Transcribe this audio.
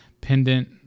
pendant